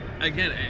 Again